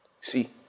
See